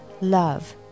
love